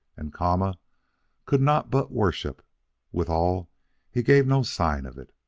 and kama could not but worship withal he gave no signs of it.